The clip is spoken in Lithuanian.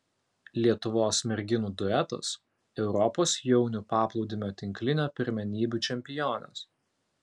lietuvos merginų duetas europos jaunių paplūdimio tinklinio pirmenybių čempionės